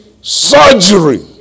surgery